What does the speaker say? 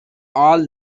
all